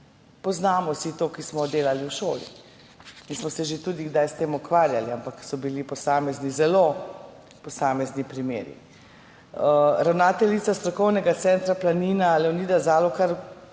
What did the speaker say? ukrepa.« Vsi, ki smo delali v šoli, poznamo to in smo se že tudi kdaj s tem ukvarjali, ampak so bili posamezni, zelo posamezni primeri. Ravnateljica Strokovnega centra Planina Leonida Zalokar